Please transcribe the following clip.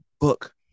book